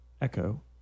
Echo